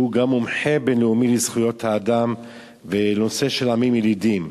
שהוא גם מומחה בין-לאומי לזכויות האדם ולנושא של עמים ילידים,